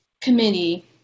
Committee